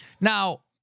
Now